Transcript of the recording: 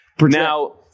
Now